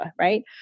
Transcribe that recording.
right